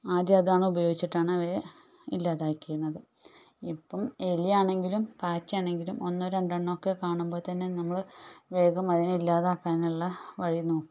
ആദ്യം അതാണ് ഉപയോഗിച്ചിട്ടാണ് അവയെ ഇല്ലാതാക്കിയിരുന്നത് ഇപ്പം എലിയാണെങ്കിലും പാറ്റയാണെങ്കിലും ഒന്നോ രണ്ടെണ്ണമൊക്കെ കാണുമ്പോൾ തന്നെ നമ്മൾ വേഗം അതിനെ ഇല്ലാതാക്കാനുള്ള വഴി നോക്കും